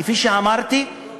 כפי שאמרתי,